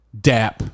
DAP